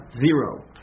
zero